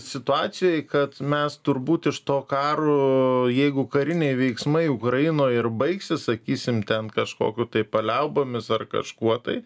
situacijoj kad mes turbūt iš to karo jeigu kariniai veiksmai ukrainoj ir baigsis sakysim ten kažkokiu tai paliaubomis ar kažkuo tai